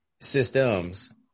Systems